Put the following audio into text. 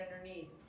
underneath